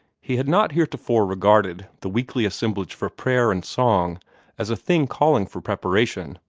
he had not heretofore regarded the weekly assemblage for prayer and song as a thing calling for preparation,